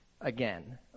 again